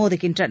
மோதுகின்றன